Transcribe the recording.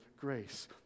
grace